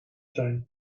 zijn